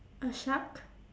a shark